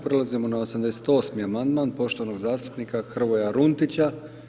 Prelazimo na 88. amandman poštovanog zastupnika Hrvoja Runtića.